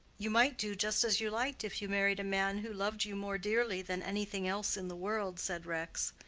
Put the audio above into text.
you might do just as you liked if you married a man who loved you more dearly than anything else in the world, said rex,